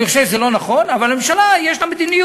אני חושב שזה לא נכון, אבל הממשלה, יש לה מדיניות,